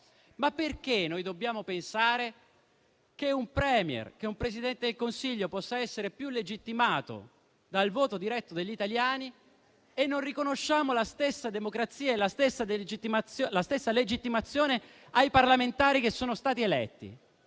perché dobbiamo pensare che un *Premier*, un Presidente del Consiglio possa essere più legittimato dal voto diretto degli italiani e non riconosciamo la stessa democrazia e la stessa legittimazione ai parlamentari che sono stati eletti.